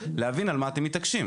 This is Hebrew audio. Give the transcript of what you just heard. להבין על מה אתם מתעקשים.